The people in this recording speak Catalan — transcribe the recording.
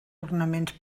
ornaments